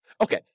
Okay